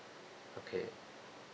okay